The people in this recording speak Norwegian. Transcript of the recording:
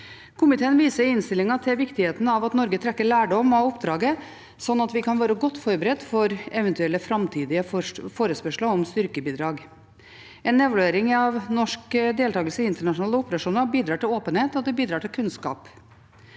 Komiteen viser i innstillingen til viktigheten av at Norge trekker lærdom av oppdraget, slik at vi kan være godt forberedt for eventuelle framtidige forespørsler om styrkebidrag. En evaluering av norsk deltakelse i internasjonale operasjoner bidrar til åpenhet, og det bidrar